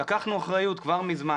לקחנו אחריות כבר מזמן.